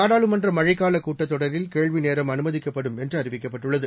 நாடாளுமன்றமழைக்காலக்கூட்டத்தொடரில்கேள்விநேர ம்அனுமதிக்கப்படும்என்றுஅறிவிக்கப்பட்டுள்ளது